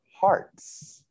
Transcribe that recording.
hearts